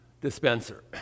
dispenser